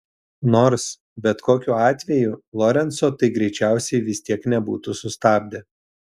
nors bet kokiu atveju lorenco tai greičiausiai vis tiek nebūtų sustabdę